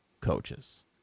coaches